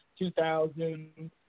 2000